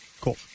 cool